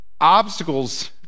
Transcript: obstacles